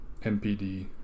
MPD